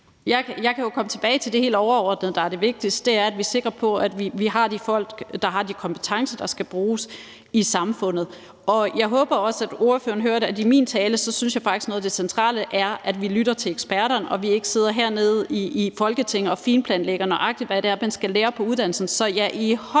Jeg vil gå tilbage til det helt overordnede, der er det vigtigste, og det er, at vi skal være sikre på, at vi har de folk, der har de kompetencer, der skal bruges i samfundet. Jeg håber også, at ordføreren hørte, at jeg i min tale sagde, at jeg faktisk synes, at noget af det centrale er, at vi lytter til eksperterne og ikke sidder hernede i Folketinget og finplanlægger, nøjagtig hvad man skal lære på uddannelsen.